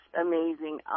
amazing